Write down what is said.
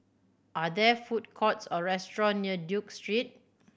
are there food courts or restaurant near Duke Street